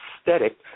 aesthetic